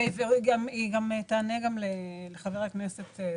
וזה גם יענה לחבר הכנסת סמוטריץ':